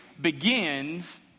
begins